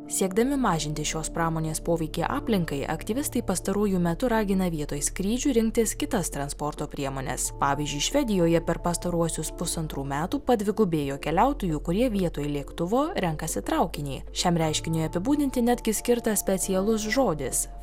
siekdami mažinti šios pramonės poveikį aplinkai aktyvistai pastaruoju metu ragina vietoj skrydžių rinktis kitas transporto priemones pavyzdžiui švedijoje per pastaruosius pusantrų metų padvigubėjo keliautojų kurie vietoj lėktuvo renkasi traukinį šiam reiškiniui apibūdinti netgi skirtas specialus žodis